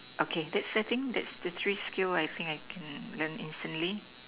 okay that I think that's the three skill I think I can learn easily